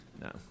No